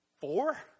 four